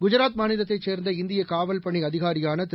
குஜராத் மாநிலத்தைச் சேர்ந்த இந்தியகாவல் பணிஅதிகாரியானதிரு